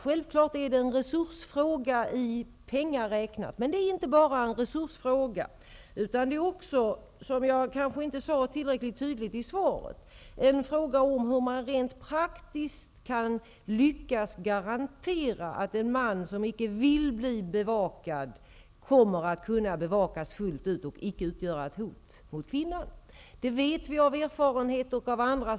Självfallet är det en fråga om resurser, räknat i pengar. Men det är inte bara en resursfråga. Det är också en fråga om hur man rent praktiskt kan garantera att en man som icke vill bli bevakad kommer att kunna bevakas fullt ut och icke utgöra ett hot mot kvinnan. Det kanske jag inte sade tillräckligt tydligt i svaret.